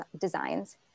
designs